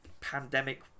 pandemic